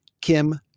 Kim